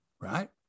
Right